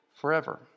forever